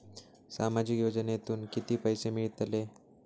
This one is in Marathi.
सामाजिक योजनेतून किती पैसे मिळतले?